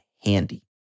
handy